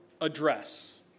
address